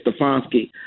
Stefanski